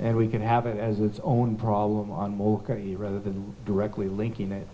and we can have it as its own problem on mochrie rather than directly linking it